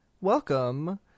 Welcome